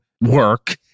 work